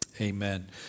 Amen